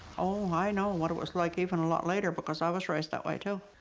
oh, i know what it was like even a lot later because i was raised that way too.